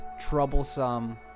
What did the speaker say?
troublesome